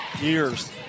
years